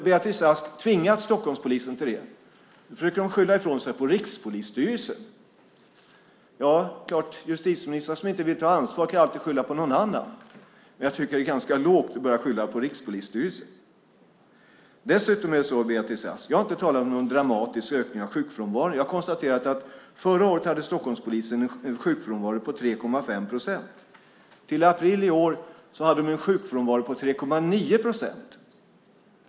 Beatrice Ask har tvingat Stockholmspolisen till det. Nu försöker hon skylla ifrån sig på Rikspolisstyrelsen. Ja, det är klart att justitieministrar som inte vill ta ansvar alltid kan skylla på någon annan. Jag tycker att det är ganska lågt att börja skylla på Rikspolisstyrelsen. Dessutom är det så, Beatrice Ask, att jag inte har talat om någon dramatisk ökning av sjukfrånvaron. Jag har konstaterat att Stockholmspolisen förra året hade en sjukfrånvaro på 3,5 procent och att de i april i år hade en sjukfrånvaro på 3,9 procent.